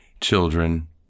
children